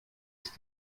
ist